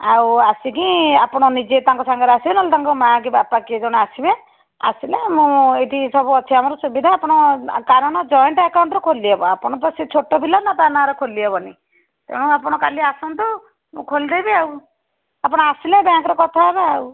ଆଉ ଆସିକି ଆପଣ ନିଜେ ତାଙ୍କ ସାଙ୍ଗରେ ଆସିବେ ନେହେଲେ ତାଙ୍କ ମାଆ କି ବାପା କିଏ ଜଣେ ଆସିବେ ଆସିଲେ ମୁଁ ଏଇଠି ସବୁ ଅଛି ଆମର ସୁବିଧା ଆପଣ କାରଣ ଜଏଣ୍ଟ ଆକାଉଣ୍ଟରୁ ଖୋଲିହେବ ଆପଣ ତ ସେ ଛୋଟ ପିଲା ନା ତା ନାଁରେ ଖୋଲି ହେବନି ତେଣୁ ଆପଣ କାଲି ଆସନ୍ତୁ ମୁଁ ଖୋଲିଦେବି ଆଉ ଆପଣ ଆସିଲେ ବ୍ୟାଙ୍କରେ କଥାହେବା ଆଉ